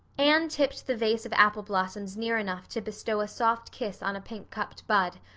anne tipped the vase of apple blossoms near enough to bestow a soft kiss on a pink-cupped bud,